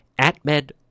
Atmed